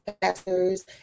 pastors